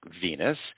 Venus